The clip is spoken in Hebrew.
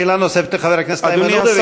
שאלה נוספת לחבר הכנסת איימן עודה,